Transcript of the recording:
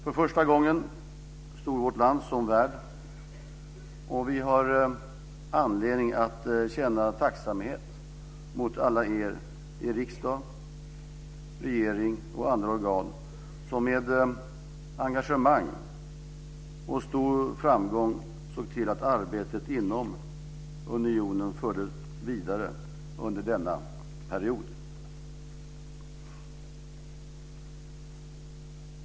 För första gången stod vårt land som värd, och vi har anledning att känna tacksamhet mot alla er i riksdag, regering och andra organ som med engagemang och stor framgång såg till att arbetet inom unionen fördes vidare under denna period.